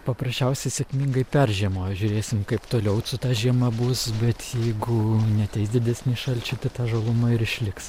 paprasčiausiai sėkmingai peržiemojo žiūrėsim kaip toliau su ta žiema bus bet jeigu neateis didesni šalčiai tai ta žaluma ir išliks